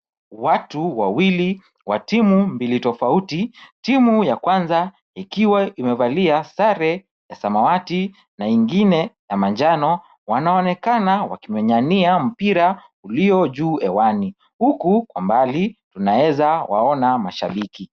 Watu wawili wa timu mbili tofauti, timu ya kwanza ikiwa imevalia sare ya samawati na ingine ya manjano, wanaonekana wakimwenyania mpira ulio juu hewani. Huku kwa mbali tunaweza waona mashabiki.